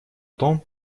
том